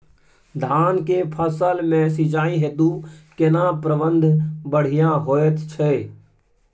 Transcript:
धान के फसल में सिंचाई हेतु केना प्रबंध बढ़िया होयत छै?